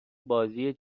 بازی